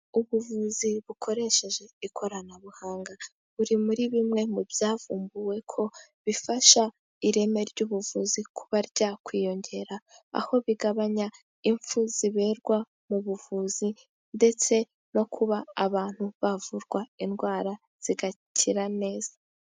Ubuvuzi bukoresheje ikoranabuhanga buri muri bimwe mu byavumbuwe ko bifasha ireme ry'ubuvuzi kuba ryakwiyongera, aho bigabanya impfu ziberwa mu buvuzi ndetse no kuba abantu bavurwa indwara zigakira neza.